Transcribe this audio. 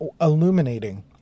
Illuminating